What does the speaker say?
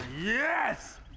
yes